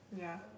ya